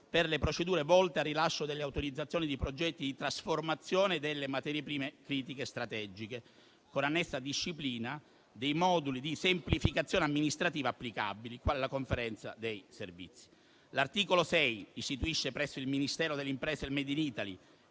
per le procedure volte al rilascio delle autorizzazioni di progetti di trasformazione delle materie prime critiche strategiche, con annessa disciplina dei moduli di semplificazione amministrativa applicabili, quale la Conferenza dei servizi. L'articolo 6 istituisce, presso il Ministero delle imprese e del made in Italy